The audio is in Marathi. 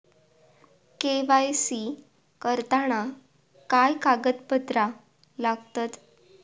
के.वाय.सी करताना काय कागदपत्रा लागतत?